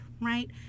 right